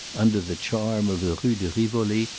under the charm of the rue de rivoli,